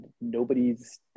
nobody's